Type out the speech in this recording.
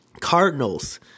Cardinals